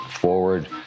forward